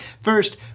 First